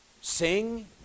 sing